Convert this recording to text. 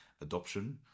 adoption